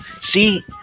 see